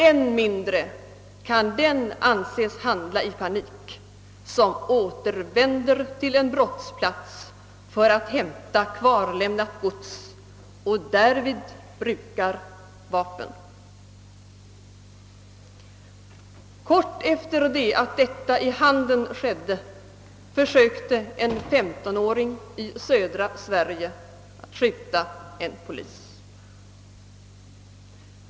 än mindre kan den anses handla i panik som återvänder till en brottsplats för att hämta kvarlämnat gods och därvid brukar vapen. Kort efter det som skedde i Handen försökte en femtonåring i södra Sverige skjuta en polis.